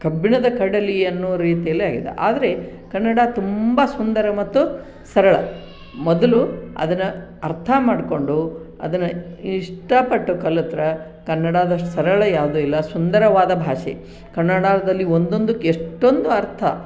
ಕಬ್ಬಿಣದ ಕಡಲೆ ಅನ್ನೋ ರೀತಿಯಲ್ಲಿ ಆಗಿದೆ ಆದರೆ ಕನ್ನಡ ತುಂಬ ಸುಂದರ ಮತ್ತು ಸರಳ ಮೊದಲು ಅದನ್ನು ಅರ್ಥ ಮಾಡಿಕೊಂಡು ಅದನ್ನು ಇಷ್ಟ ಪಟ್ಟು ಕಲಿತರೆ ಕನ್ನಡದಷ್ಟು ಸರಳ ಯಾವ್ದು ಇಲ್ಲ ಸುಂದರವಾದ ಭಾಷೆ ಕನ್ನಡದಲ್ಲಿ ಒಂದೊಂದುಕ್ಕು ಎಷ್ಟೊಂದು ಅರ್ಥ